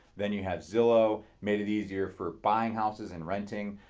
then you had zillow, made it easier for buying houses and renting.